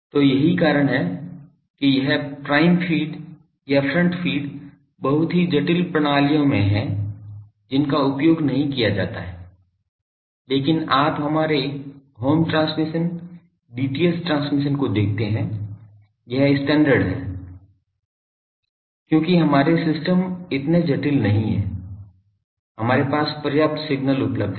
तो यही कारण है कि यह प्राइम फीड या फ्रंट फीड बहुत ही जटिल प्रणालियों में है जिनका उपयोग नहीं किया जाता है लेकिन आप हमारे होम ट्रांसमिशन डीटीएच ट्रांसमिशन को देखते हैं यह स्टैण्डर्ड है क्योंकि हमारे सिस्टम इतने जटिल नहीं हैं हमारे पास पर्याप्त सिग्नल उपलब्ध है